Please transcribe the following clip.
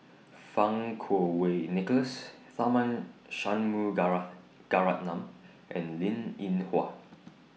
Fang Kuo Wei Nicholas Tharman and Linn in Hua